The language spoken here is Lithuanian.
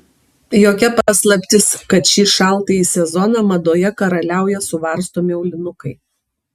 jokia paslaptis kad šį šaltąjį sezoną madoje karaliauja suvarstomi aulinukai